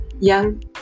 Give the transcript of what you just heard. young